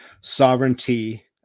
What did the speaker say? sovereignty